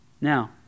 Now